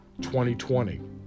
2020